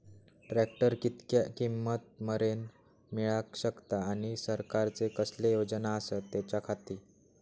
Tractor कितक्या किमती मरेन मेळाक शकता आनी सरकारचे कसले योजना आसत त्याच्याखाती?